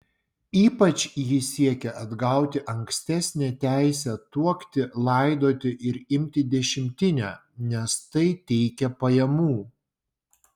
ypač ji siekė atgauti ankstesnę teisę tuokti laidoti ir imti dešimtinę nes tai teikė pajamų